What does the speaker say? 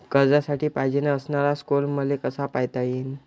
कर्जासाठी पायजेन असणारा स्कोर मले कसा पायता येईन?